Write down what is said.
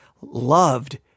loved